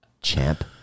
champ